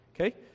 okay